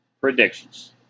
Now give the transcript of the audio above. Predictions